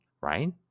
right